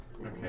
Okay